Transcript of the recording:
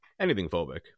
anything-phobic